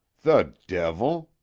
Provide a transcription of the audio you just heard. the devil!